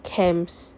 camps